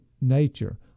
nature